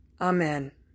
Amen